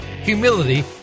humility